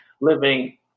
living